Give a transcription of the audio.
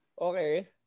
Okay